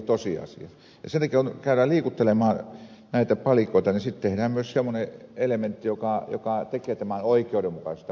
sen takia kun käydään liikuttelemaan näitä palikoita niin sitten tehdään myös semmoinen elementti joka tekee oikeudenmukaiseksi tämän ratkaisun